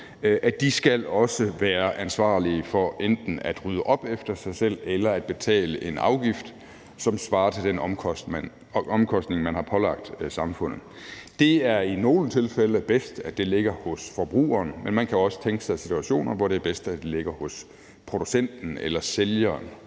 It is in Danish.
også skal være ansvarlige for enten at rydde op efter sig selv eller at betale en afgift, som svarer til den omkostning, man har pålagt samfundet. Det er i nogle tilfælde bedst, at det ligger hos forbrugeren, men man kan også tænke sig situationer, hvor det er bedst, at det ligger hos producenten eller sælgeren.